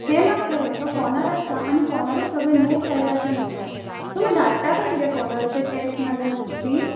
हें मात खरें तो फॉनार आसता आनी फॉनारूच सगळे नोट्स आयला अशें म्हणटा तुमी धाडटा का किरें फॉनार अशें टॅस्ट नाल्या नोट्स बी